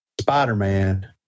Spider-Man